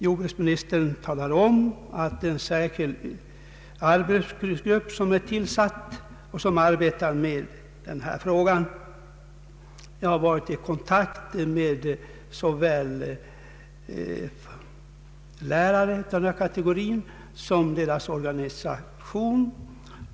Jordbruksministern talade om att en särskild arbetsgrupp är tillsatt, som arbetar med denna fråga. Jag har varit i kontakt med såväl lärare av denna kategori som deras organisation.